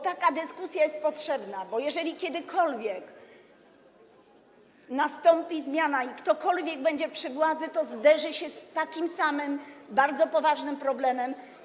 Taka dyskusja jest potrzebna, bo jeżeli kiedykolwiek nastąpi zmiana i ktokolwiek inny będzie przy władzy, to zderzy się z takim samym bardzo poważnym problemem.